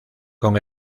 con